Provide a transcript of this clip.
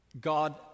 God